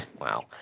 Wow